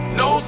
no